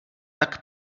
tak